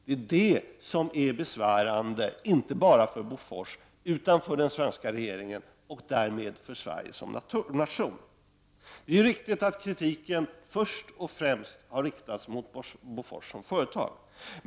Det är det som är besvärande inte bara för Bofors utan också för den svenska regeringen och därmed för Sverige som nation. Det är riktigt att kritiken först och främst har riktats mot Bofors som företag.